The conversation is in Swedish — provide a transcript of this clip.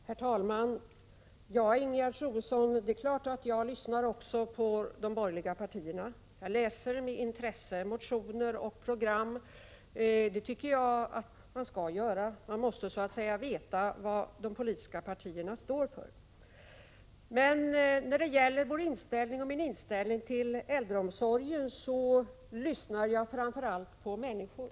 Herr talman! Ja, Ingegerd Troedsson, det är klart att jag lyssnar också på de borgerliga partierna. Jag läser med intresse motioner och program. Det tycker jag att man skall göra. Man måste veta vad de politiska partierna står för. Men när det gäller socialdemokraternas och min inställning till äldreomsorgen lyssnar jag framför allt på människorna.